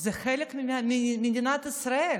זה חלק ממדינת ישראל.